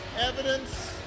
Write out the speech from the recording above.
evidence